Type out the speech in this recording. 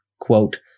quote